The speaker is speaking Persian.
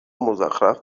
مزخرف